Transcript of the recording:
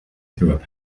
through